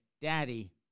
Daddy